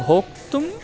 भोक्तुम्